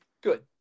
Good